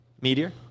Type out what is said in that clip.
meteor